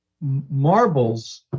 marbles